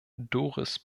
doris